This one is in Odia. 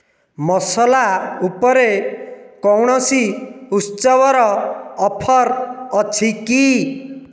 ମସଲା ଉପରେ କୌଣସି ଉତ୍ସବର ଅଫର୍ ଅଛି କି